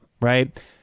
right